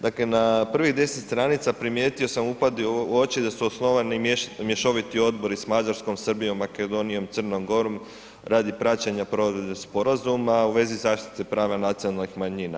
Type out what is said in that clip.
Dakle, na prvih 10 stranica primijetio sam, upad u oči da su osnovani mješoviti odbori s Mađarskom, Srbijom, Makedonijom, Crnom Gorom radi praćenja provedbe sporazuma u vezi zaštite prava nacionalnih manjina.